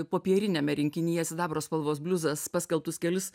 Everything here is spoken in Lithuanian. popieriniame rinkinyje sidabro spalvos bliuzas paskelbtus kelis